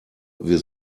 wir